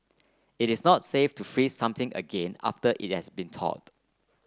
it is not safe to freeze something again after it has been thawed